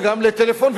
וגם לטלפון,